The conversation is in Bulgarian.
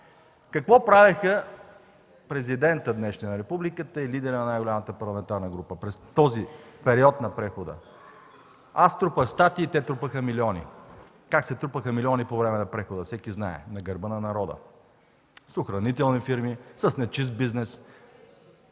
Какво правеха днешният Президент на републиката и лидерът на най-голямата парламентарна група през този период на прехода? Аз трупах статии, те трупаха милиони. А как се трупаха милиони по време на прехода, всеки знае – на гърба на народа, с охранителни фирми, с нечист бизнес.